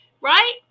right